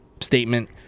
statement